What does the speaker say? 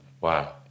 Wow